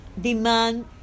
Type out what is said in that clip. demand